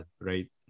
right